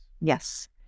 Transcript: Yes